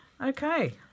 Okay